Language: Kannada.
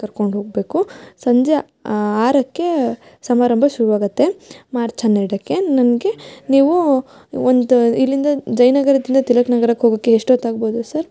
ಕರ್ಕೊಂಡು ಹೋಗಬೇಕು ಸಂಜೆ ಆರಕ್ಕೆ ಸಮಾರಂಭ ಶುರು ಆಗುತ್ತೆ ಮಾರ್ಚ್ ಹನ್ನೆರಡಕ್ಕೆ ನನಗೆ ನೀವು ಒಂದು ಇಲ್ಲಿಂದ ಜಯನಗರದಿಂದ ತಿಲಕ್ ನಗರಕ್ಕೆ ಹೋಗೋಕೆ ಎಷ್ಟೊತ್ತು ಆಗ್ಬೋದು ಸರ್